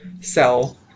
sell